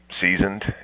seasoned